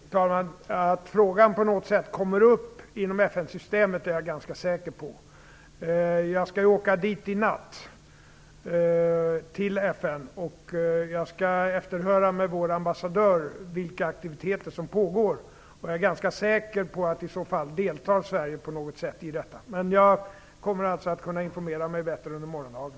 Fru talman! Jag är ganska säker på att frågan på något sätt kommer upp inom FN-systemet. Jag skall ju åka till FN i natt. Jag skall efterhöra med vår ambassadör vilka aktiviteter som pågår. Jag är ganska säker på att Sverige kommer att delta på något sätt i detta. Jag kommer alltså att kunna informera mig bättre under morgondagen.